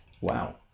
Wow